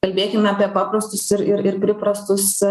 kalbėkime apie paprastus ir ir ir priprastus